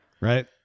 Right